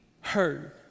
heard